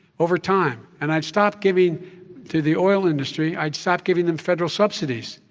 over time. and i'd stop giving to the oil industry, i'd stop giving them federal subsidies.